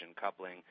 coupling